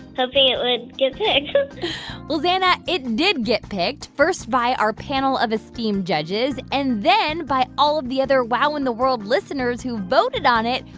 hoping it would get picked well, zana, it did get picked first by our panel of esteemed judges and then by all the other wow in the world listeners who voted on it.